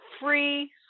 free